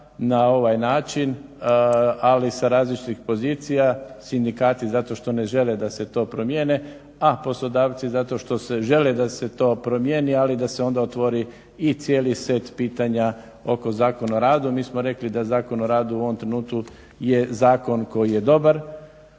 na ovaj način, ali sa različitih pozicija. Sindikati zato što ne žele da se to promijeni, a poslodavci zato što žele da se to promjeni, ali da se onda otvori i cijeli set pitanja oko Zakona o radu. Mi smo rekli da Zakon o radu u ovom trenutku je zakon koji je dobar,